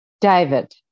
David